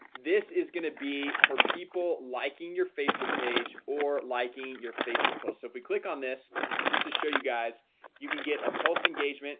this is gonna be for people liking your facebook page or liking your facebook post so if we click on this just to show you guys you can get a post engagement